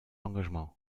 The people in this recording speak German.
engagement